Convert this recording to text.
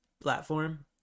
platform